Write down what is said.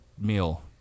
meal